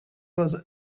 was